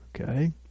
Okay